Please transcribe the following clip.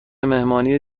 مهمانی